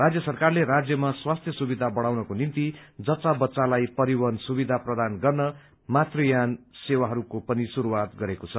राज्य सरकारले राज्यमा स्वास्थ्य सुविधा बढ़ाउनको निम्ति जच्च बच्चालाई परिवहन सुविधा प्रदान गर्न मातृयान सेवाहरूको पनि शुरूआत गरेको छ